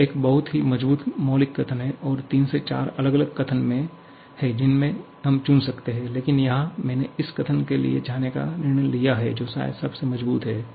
यह एक बहुत ही मजबूत मौलिक कथन है और तीन से चार अलग अलग कथन हैं जिनसे हम चुन सकते हैं लेकिन यहाँ मैंने इस कथन के लिए जाने का निर्णय लिया है जो शायद सबसे मजबूत है